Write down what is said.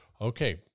Okay